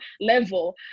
level